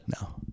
No